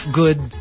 good